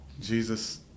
Jesus